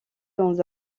dans